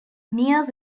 near